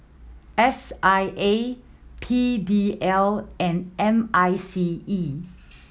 S I A P D L and M I C E